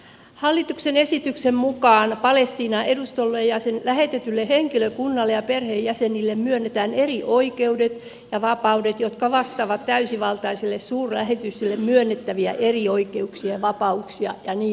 hallituksen esityksen mukaan palestiinan edustustolle ja sen lähetetylle henkilökunnalle ja perheenjäsenille myönnetään erioikeudet ja vapaudet jotka vastaavat täysivaltaiselle suurlähetystölle myönnettäviä erioikeuksia ja vapauksia ja niin edelleen